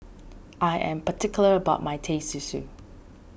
I am particular about my Teh Susu